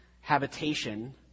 habitation